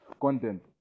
content